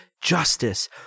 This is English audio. justice